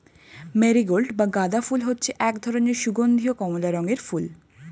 marigold বা গাঁদা ফুল হচ্ছে এক ধরনের সুগন্ধীয় কমলা রঙের ফুল